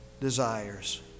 desires